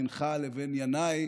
בינך לבין ינאי,